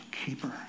keeper